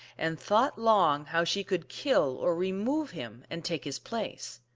and thought long how she could kill or re move him, and take his place.